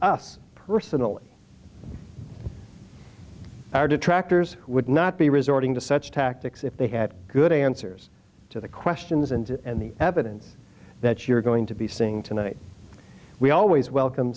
us personally our detractors would not be resorting to such tactics if they had good answers to the questions and and the evidence that you're going to be seeing tonight we always welcome